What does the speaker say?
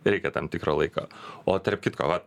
reikia tam tikro laiko o tarp kitko va